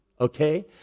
okay